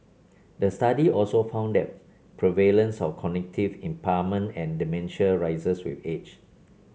the study also found that prevalence of cognitive impairment and dementia rises with age